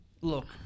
look